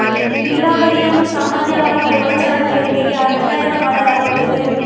ನೀರಾವರಿಯನ್ನು ಸಾಮಾನ್ಯವಾಗಿ ಒಳ ಚರಂಡಿಯೊಂದಿಗೆ ಅಧ್ಯಯನ ಮಾಡಲಾಗುತ್ತದೆ